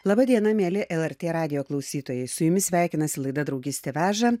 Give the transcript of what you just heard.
laba diena mieli lrt radijo klausytojai su jumis sveikinasi laida draugystė veža